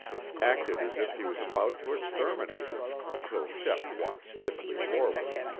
acted as if he was about to exterminate them until shep walked stiffly forward.